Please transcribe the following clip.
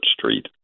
Street